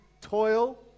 toil